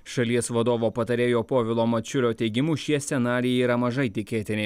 šalies vadovo patarėjo povilo mačiulio teigimu šie scenarijai yra mažai tikėtini